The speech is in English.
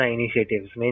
initiatives